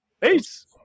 Peace